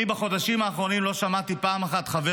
בחודשים האחרונים לא שמעתי פעם אחת חבר